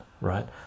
right